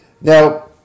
Now